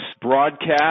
broadcast